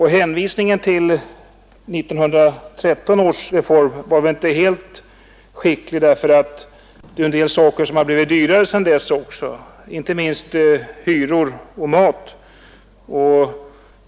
Hänvisningen till 1913 års reform var dessutom inte helt relevant, eftersom en hel del saker sedan dess har blivit dyrare, inte minst hyror och mat.